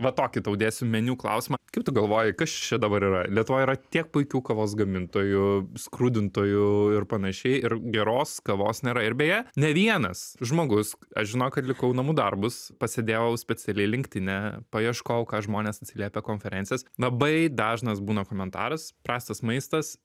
va tokį tau dėsiu meniu klausimą kaip tu galvoji kas čia dabar yra lietuvoj yra tiek puikių kavos gamintojų skrudintojų ir panašiai ir geros kavos nėra ir beje ne vienas žmogus aš žinok atlikau namų darbus pasėdėjau specialiai linkdine paieškojau ką žmonės atsiliepia konferencijas labai dažnas būna komentaras prastas maistas